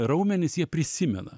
raumenys jie prisimena